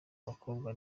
abakobwa